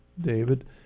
David